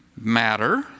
matter